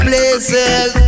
Places